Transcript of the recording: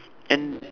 and